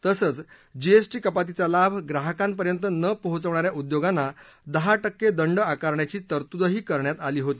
तसंच जीएसटी कपातीचा लाभ ग्राहकांपर्यंत न पोहोचवणा या उद्योगांना दहा टक्के दंड आकारण्याची तरतूदही करण्यात आली होती